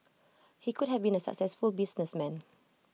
he could have been A successful businessman